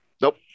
Nope